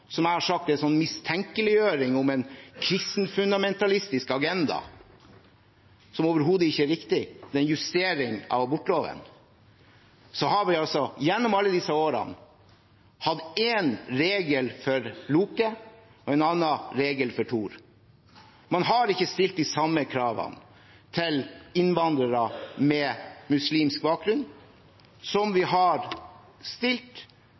som jeg har sagt er en mistenkeliggjøring om en kristenfundamentalistisk agenda, som overhodet ikke er riktig – det er en justering av abortloven. Gjennom alle disse årene har vi hatt én regel for Loke og en annen regel for Tor. Man har ikke stilt de samme kravene til innvandrere med muslimsk bakgrunn som man har stilt